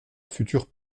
future